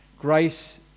grace